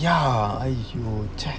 ya !aiyo! jack